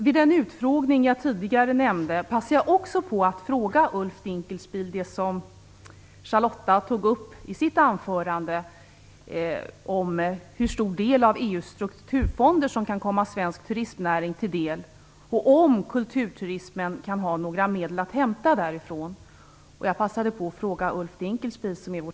Vid den utfrågning jag tidigare nämnde passade jag också på att fråga Ulf Dinkelspiel, vår tidigare EU-förhandlare, om det Charlotta L Bjälkebring tidigare berörde i sitt anförande, dvs. hur stor del av EU:s strukturfonder som kan komma svensk turismnäring till del och om kulturturismen kan ha några medel att hämta därifrån.